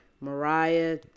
Mariah